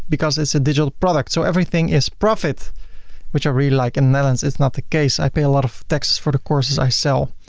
because it's a digital product. so everything is profit which i really like. in netherlands, it's not the case i pay a lot of taxes for the courses i sell.